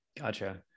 gotcha